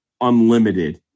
unlimited